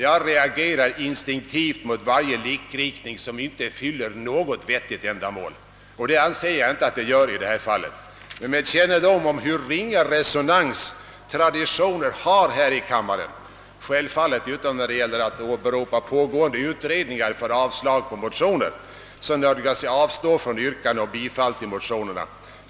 Jag reagerar instinktivt mot varje likriktning som inte fyller något vettigt ändamål, och så förhåller det sig i detta fall. Men med kännedom om hur ringa resonans traditioner har här i kammaren — utom naturligtvis när det gäller att åberopa pågående utredningar för avslag på motioner — nödgas jag avstå från yrkande om bifall till motionerna.